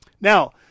Now